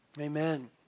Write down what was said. Amen